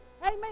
Amen